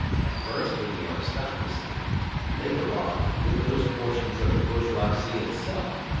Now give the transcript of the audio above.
at first with the aristocracy later on, with those portions of the bourgeoisie itself,